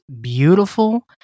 beautiful